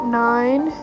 nine